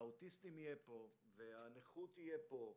האוטיסטים יהיה פה, והנכות יהיה פה,